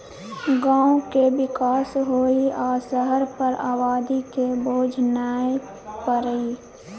गांव के विकास होइ आ शहर पर आबादी के बोझ नइ परइ